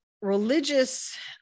religious